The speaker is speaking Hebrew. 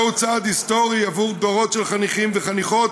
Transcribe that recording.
זהו צעד היסטורי עבור דורות של חניכים וחניכות